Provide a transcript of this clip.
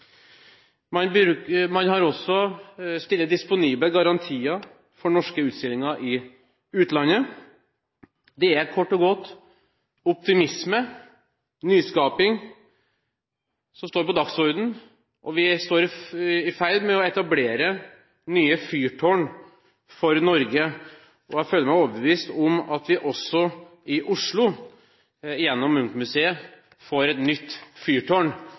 Man stiller også garantier for norske utstillinger i utlandet. Det er kort og godt optimisme og nyskaping som står på dagsordenen, og vi er i ferd med å etablere nye fyrtårn for Norge. Jeg føler meg overbevist om at vi også i Oslo – gjennom Munch-museet – får et nytt fyrtårn